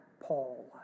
Paul